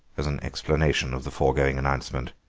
as an explanation of the foregoing announcement.